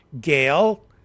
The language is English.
Gail